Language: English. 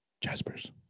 Jasper's